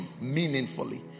Meaningfully